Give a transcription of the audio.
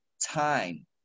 time